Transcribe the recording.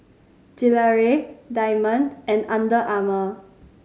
Gelare Diamond and Under Armour